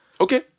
okay